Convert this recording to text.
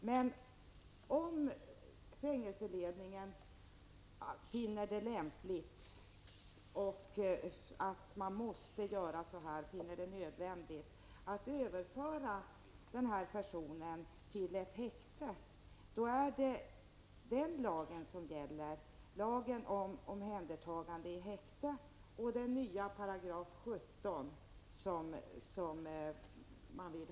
Men om fängelseledningen finner det lämpligt och nödvändigt att överföra en person till ett häkte gäller lagen om omhändertagande i häkte och den nya 17 §.